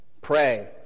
pray